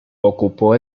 ocupó